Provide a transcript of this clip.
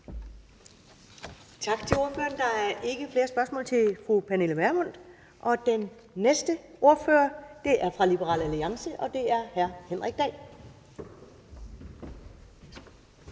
Tak til ordføreren. Der er ikke flere spørgsmål til fru Pernille Vermund. Den næste ordfører er fra Liberal Alliance, og det er hr. Henrik Dahl.